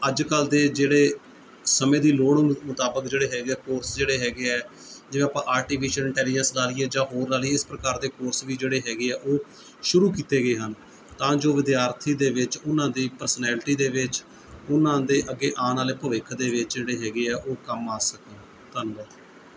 ਅੱਜ ਕੱਲ੍ਹ ਦੇ ਜਿਹੜੇ ਸਮੇਂ ਦੀ ਲੋੜ ਮੁ ਮੁਤਾਬਿਕ ਜਿਹੜੇ ਹੈਗੇ ਹੈ ਕੋਰਸ ਜਿਹੜੇ ਹੈਗੇ ਹੈ ਜਿਵੇਂ ਆਪਾਂ ਆਰਟੀਫਿਸ਼ਲ ਇਟੇਲੀਜੇਸ ਲਾ ਲਈਏ ਜਾਂ ਹੋਰ ਲਾ ਲਈਏ ਇਸ ਪ੍ਰਕਾਰ ਦੇ ਕੋਰਸ ਵੀ ਜਿਹੜੇ ਹੈਗੇ ਹੈ ਉਹ ਸ਼ੁਰੂ ਕੀਤੇ ਗਏ ਹਨ ਤਾਂ ਜੋ ਵਿਦਿਆਰਥੀ ਦੇ ਵਿੱਚ ਉਹਨਾਂ ਦੀ ਪ੍ਰਸਨੈਲਟੀ ਦੇ ਵਿੱਚ ਉਹਨਾਂ ਦੇ ਅੱਗੇ ਆਉਣ ਵਾਲੇ ਭਵਿੱਖ ਵਿੱਚ ਜਿਹੜੇ ਹੈਗੇ ਹੈ ਉਹ ਕੰਮ ਆ ਸਕਣ ਧੰਨਵਾਦ